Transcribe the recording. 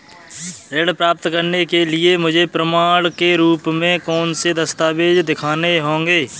ऋण प्राप्त करने के लिए मुझे प्रमाण के रूप में कौन से दस्तावेज़ दिखाने होंगे?